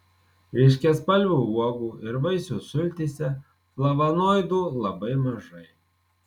ryškiaspalvių uogų ir vaisių sultyse flavonoidų labai mažai